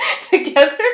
together